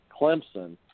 Clemson